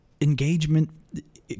engagement